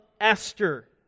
Esther